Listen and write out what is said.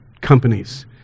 companies